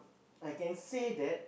I can say that